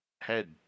head